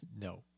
No